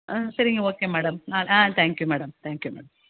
ஆ சரிங்க okay madam நான் ஆ தேங்க்யூ மேடம் தேங்க்யூ மேடம்